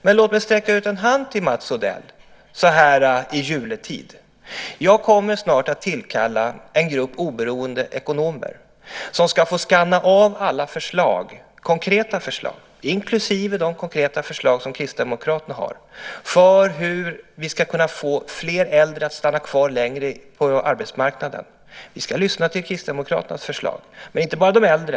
Men låt mig sträcka ut en hand till Mats Odell så här i juletid. Jag kommer snart att tillkalla en grupp oberoende ekonomer som ska få skanna av alla konkreta förslag, inklusive dem som Kristdemokraterna har, på hur vi ska få fler äldre att stanna kvar längre på arbetsmarknaden. Vi ska lyssna till Kristdemokraternas förslag, men det handlar inte bara om de äldre.